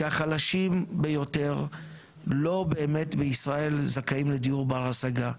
שהחלשים ביותר לא באמת זכאים בישראל לדיור בר השגה.